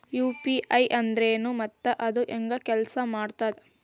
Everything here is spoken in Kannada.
ಯು.ಪಿ.ಐ ಅಂದ್ರೆನು ಮತ್ತ ಅದ ಹೆಂಗ ಕೆಲ್ಸ ಮಾಡ್ತದ